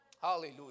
Hallelujah